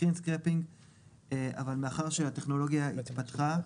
מאחר שהטכנולוגיה התפתחה,